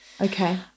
Okay